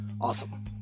Awesome